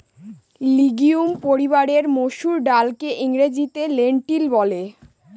legume পরিবারের মসুর ডালকে ইংরেজিতে লেন্টিল বলে